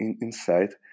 inside